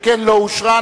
שכן לא אושרה.